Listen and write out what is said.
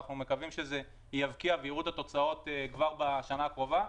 ואנחנו מקווים שזה יבקיע ויראו את התוצאות כבר בשנה הקרובה.